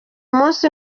munsi